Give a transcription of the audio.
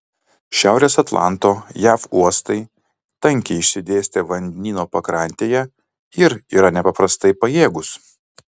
šiaurės atlanto jav uostai tankiai išsidėstę vandenyno pakrantėje ir yra nepaprastai pajėgūs